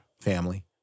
family